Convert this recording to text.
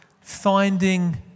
Finding